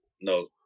no